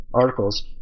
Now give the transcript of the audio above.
articles